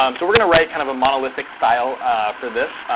um so we're going to write kind of a monolithic style for this,